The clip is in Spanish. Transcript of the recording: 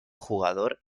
jugador